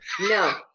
No